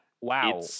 wow